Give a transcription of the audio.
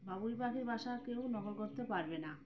বাবুই পাখি বাসা কেউ নকল করতে পারবে না